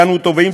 ואנו תובעים,